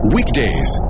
Weekdays